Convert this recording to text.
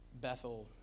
Bethel